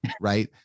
right